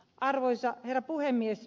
arvoisa herra puhemies